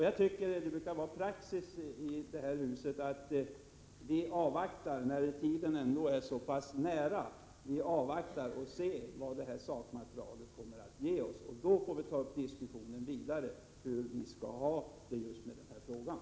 Jag tycker därför att vi skall avvakta utredningens arbete, vilket brukar vara praxis i det här huset, eftersom det är så kort tid kvar tills den skall lägga fram sitt material. Då får vi fortsätta att diskutera hur vi skall arbeta vidare i denna fråga.